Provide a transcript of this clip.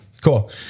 Cool